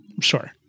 sure